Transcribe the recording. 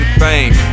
fame